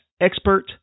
expert